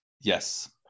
Yes